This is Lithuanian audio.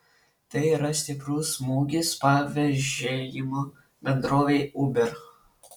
tai yra stiprus smūgis pavėžėjimo bendrovei uber